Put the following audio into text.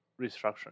restructuring